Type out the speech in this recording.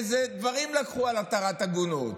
איזה דברים לקחו על התרת עגונות,